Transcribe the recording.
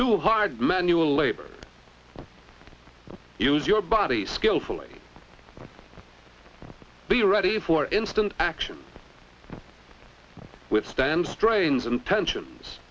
to hard manual labor use your body skillfully be ready for instant action withstand strains intentions